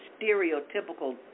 stereotypical